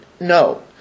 No